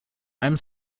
einem